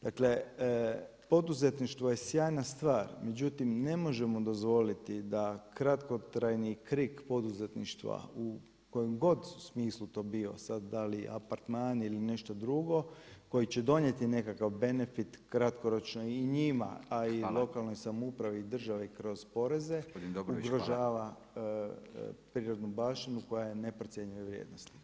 Dakle, poduzetništvo je sjajna stvar, međutim ne možemo dozvoliti da kratkotrajni krik poduzetništva u kojem god smislu to bio, sad da li apartman ili nešto drugo koji će donijeti nekakav benefit kratkoročno i njima, a i lokalnoj samoupravi [[Upadica Radin: Hvala.]] i državi kroz poreze [[Upadica Radin: Gospodine Dobrović hvala.]] uvažava prirodnu baštinu koja je neprocjenjive vrijednosti.